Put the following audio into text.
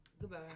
Goodbye